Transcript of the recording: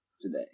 today